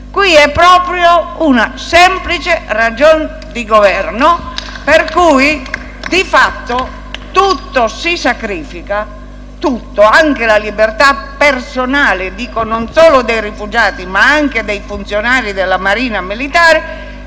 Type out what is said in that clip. fatto si sacrifica tutto, anche la libertà personale, non solo dei rifugiati ma anche dei funzionari della Marina militare, tenuti in ostaggio per un fine che, peraltro, non è neanche stato raggiunto.